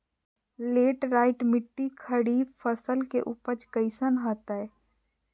Laterite मिट्टी खरीफ फसल के उपज कईसन हतय?